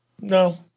No